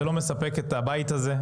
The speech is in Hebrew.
זה לא מספק את הבית הזה,